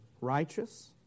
righteous